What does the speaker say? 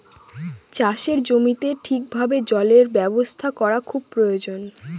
চাষের জমিতে ঠিক ভাবে জলের ব্যবস্থা করা খুব প্রয়োজন